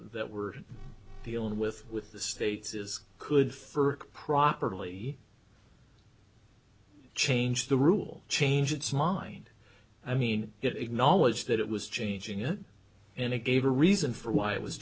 that we're dealing with with the states is could for properly change the rule change its mind i mean it acknowledged that it was changing it and it gave a reason for why it was